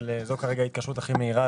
אבל זו כרגע ההתקשרות הכי מהירה,